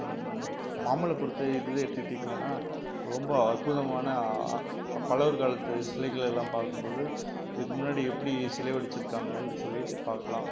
மாம்பழ குருத்து இதில் எடுத்துகிட்டிங்கனா ரொம்ப அற்புதமான பல்லவர் காலத்து சிலைகள்யெல்லாம் பார்க்கும் போது இதுக்கு முன்னாடி எப்படி சிலை வடித்திருக்காங்கனு சொல்லிவிட்டு பார்க்கலாம்